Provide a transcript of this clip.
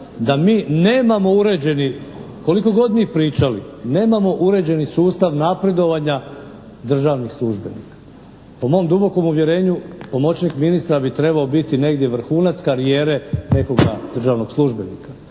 da mi nemamo uređeni, koliko god mi pričali, nemamo uređeni sustav napredovanja državnih službenika. Po mom dubokom uvjerenju pomoćnik ministra bi trebao biti negdje vrhunac karijere nekoga državnog službenika.